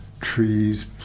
trees